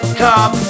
top